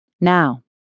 Now